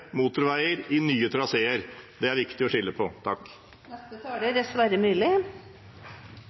motorveier i nye traseer. Det er det viktig å skille på. Jeg blir bestandig veldig imponert når folk er